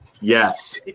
Yes